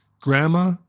grandma